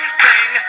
sing